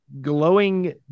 glowing